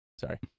Sorry